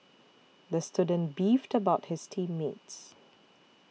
the student beefed about his team mates